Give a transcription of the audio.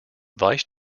vice